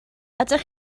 ydych